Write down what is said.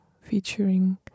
featuring